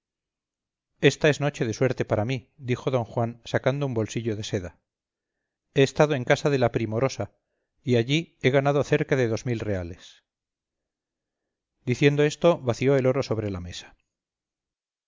esta es noche de suerte para mí dijo d juan sacando un bolsillo de seda he estado en casa de la primorosa y allí he ganado cerca de dos mil reales diciendo esto vació el oro sobre la mesa